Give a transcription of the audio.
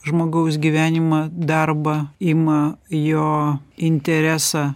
žmogaus gyvenimą darbą ima jo interesą